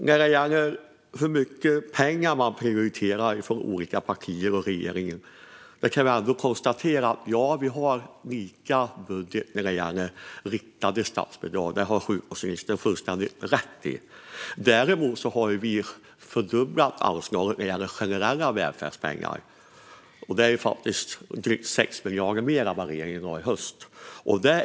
När det gäller hur mycket pengar man prioriterar från olika partier och från regeringen kan vi konstatera att vi har lika budget när det gäller riktade statsbidrag. Det har sjukvårdsministern fullständigt rätt i. Däremot har vi fördubblat anslaget när det gäller generella välfärdspengar. Det är faktiskt drygt 6 miljarder mer än vad regeringen lade i höstas.